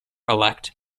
elect